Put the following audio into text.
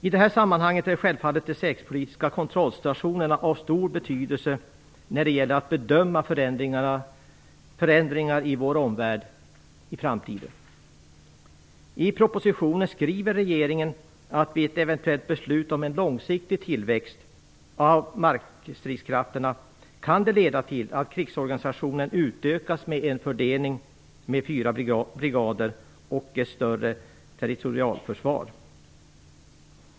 I det här sammanhanget är självfallet de säkerhetspolitiska kontrollstationerna av stor betydelse när det gäller att bedöma förändringar i vår omvärld i framtiden. I propositionen skriver regeringen att ett eventuellt beslut om en långsiktig tillväxt av markstridskrafterna kan leda till att krigsorganisationen utökas med en fördelning med fyra brigader och ett större territorialförsvar.